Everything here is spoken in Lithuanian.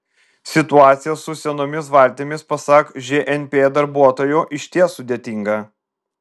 situacija su senomis valtimis pasak žnp darbuotojų išties sudėtinga